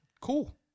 Cool